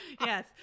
Yes